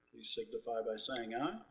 please signify by saying aye.